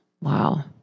Wow